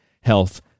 health